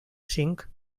cinc